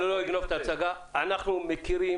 אני לא אגנוב את ההצגה אנחנו מכירים,